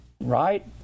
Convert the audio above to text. right